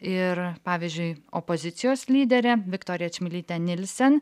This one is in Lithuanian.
ir pavyzdžiui opozicijos lyderė viktorija čmilytė nielsen